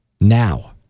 Now